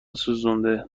سوزونده